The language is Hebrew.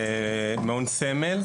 מעון סמל,